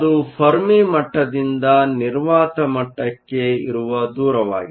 ಅದು ಫೆರ್ಮಿ ಮಟ್ಟದಿಂದ ನಿರ್ವಾತ ಮಟ್ಟಕ್ಕೆ ಇರುವ ದೂರವಾಗಿದೆ